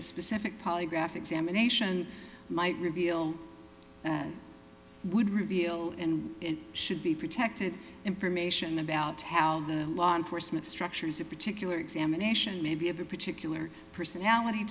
a specific polygraph examination might reveal would reveal and should be protected information about how the law enforcement structures a particular examination maybe of a particular personality